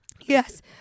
Yes